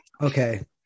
Okay